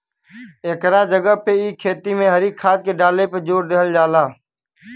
एकरा जगह पे इ खेती में हरी खाद के डाले पे जोर देहल जाला